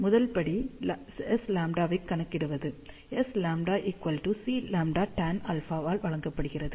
முதல் படி Sλ ஐக் கணக்கிடுவது Sλ Cλ tan α ஆல் வழங்கப்படுகிறது